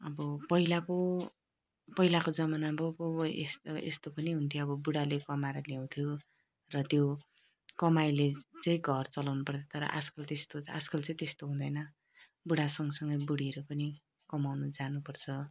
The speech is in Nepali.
अब पहिला पो पहिलाको जमानामा पो यस्तो यस्तो पनि हुन्थ्यो अब बुढाले कमाएर ल्याउँथ्यो र त्यो कमाइले चाहिँ घर चलाउनुपर्थ्यो तर आजकल त्यस्तो आजकल चाहिँ त्यस्तो हुँदैन बुढाहरू सँगसँगै बुढीहरू पनि कमाउन जानुपर्छ